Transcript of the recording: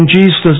Jesus